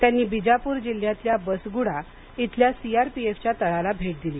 त्यांनी बिजापूर जिल्ह्यातल्या बसगुडा इथल्या सी आर पी एफ च्या तळाला भेट दिली